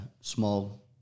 small